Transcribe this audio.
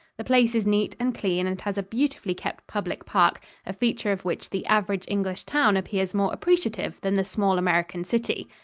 the place is neat and clean and has a beautifully kept public park a feature of which the average english town appears more appreciative than the small american city.